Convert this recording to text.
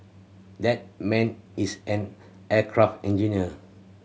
that man is an aircraft engineer